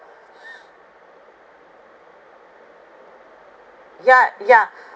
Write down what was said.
ya ya